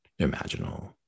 imaginal